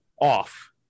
off